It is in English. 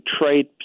trade –